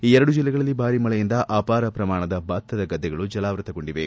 ಈ ಎರಡು ಜಿಲ್ಲೆಗಳಲ್ಲಿ ಭಾರಿ ಮಳೆಯಿಂದ ಅವಾರ ಪ್ರಮಾಣದ ಭತ್ತದ ಗದ್ದೆಗಳು ಜಲಾವೃತಗೊಂಡಿವೆ